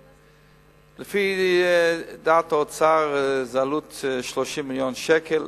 לפי דעת האוצר זו עלות של 30 מיליון שקל.